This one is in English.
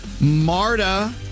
Marta